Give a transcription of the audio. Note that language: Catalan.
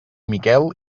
miquel